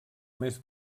mes